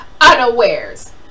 unawares